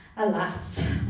Alas